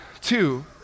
two